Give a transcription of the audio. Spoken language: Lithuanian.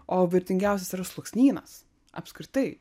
o vertingiausias yra sluoksnynas apskritai